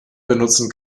benutzten